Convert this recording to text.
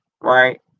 right